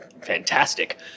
fantastic